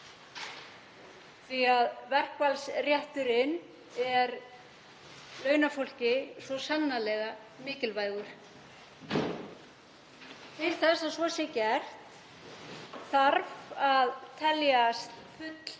því að verkfallsrétturinn er launafólki svo sannarlega mikilvægur. Til þess að svo sé gert þarf að teljast